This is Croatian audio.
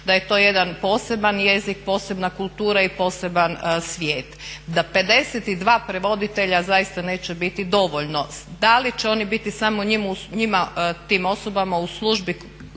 da je to jedan poseban jezik, posebna kultura i poseban svijet, da 52 prevoditelja zaista neće biti dovoljno. Da li će oni biti samo tim osobama u službi